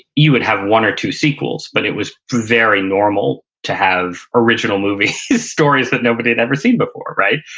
you would have one or two sequels. but it was very normal to have original movies, these stories that nobody had ever seen before, right.